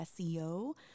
SEO